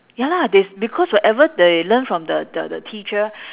ya lah they because whatever they learn from the the the teacher